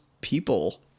people